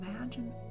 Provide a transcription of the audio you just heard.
Imagine